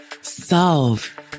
solve